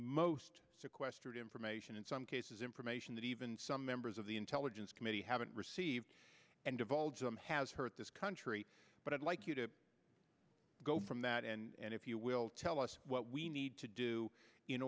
most sequestered information in some cases information that even some members of the intelligence committee haven't received and divulge them has hurt this country but i'd like you to go from that and if you will tell us what we need to do in